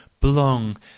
belong